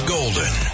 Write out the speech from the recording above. Golden